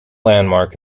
landmark